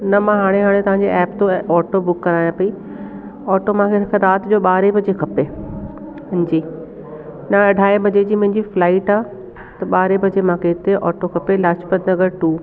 न मां हाणे हाणे तव्हांजी एप तो ऑटो बुक करायां पई ऑटो मूंखे त राति जो ॿारहं बजे खपे हांजी न अढाई बजे जी मुंहिंजी फ्लाइट आहे त ॿारहं बजे मूंखे हिते ऑटो खपे लाजपत नगर टू